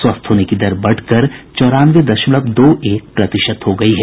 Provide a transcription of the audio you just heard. स्वस्थ होने की दर बढ़कर चौरानवे दशमलव दो एक प्रतिशत हो गयी है